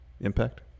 Impact